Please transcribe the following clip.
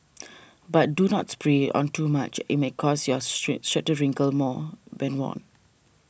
but do not spray on too much it may cause your street shirt to wrinkle more been worn